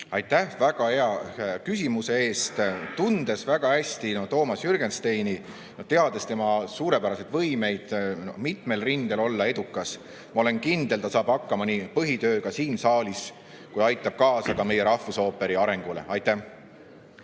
Aitäh väga hea küsimuse eest! Tundes väga hästi Toomas Jürgensteini ja teades tema suurepäraseid võimeid olla mitmel rindel edukas, ma olen kindel, et ta saab hakkama põhitööga siin saalis ja aitab kaasa ka meie rahvusooperi arengule. Aitäh